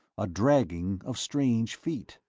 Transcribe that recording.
a dragging of strange feet?